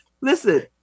Listen